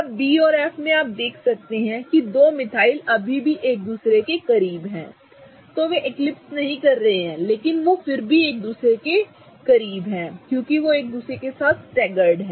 अब B और F में यदि आप देख सकते हैं कि ये दो मिथाइल अभी भी एक दूसरे के करीब हैं तो वे एक्लिप्स नहीं कर रहे हैं लेकिन वे एक दूसरे के करीब हैं क्योंकि वे एक दूसरे के साथ स्टेगर्ड हैं